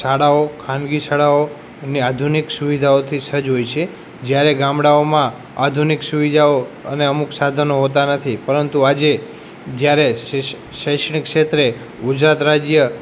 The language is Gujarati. શાળાઓ ખાનગી શાળાઓ એમની આધુનિક સુવિધાઓથી સજ્જ હોય છે જયારે ગામડાઓમાં આધુનિક સુવિધાઓ અને અમુક સાધનો હોતા નથી પરંતુ આજે જયારે શૈ શૈક્ષણિક ક્ષેત્રે ગુજરાત રાજય